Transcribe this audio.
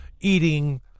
eating